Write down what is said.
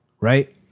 right